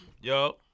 Yo